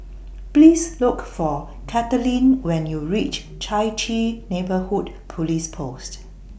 Please Look For Kathaleen when YOU REACH Chai Chee Neighbourhood Police Post